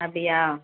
அப்படியா